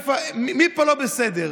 שיהיה לך, אני לא יודע להגיד לך